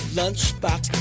lunchbox